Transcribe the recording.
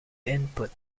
input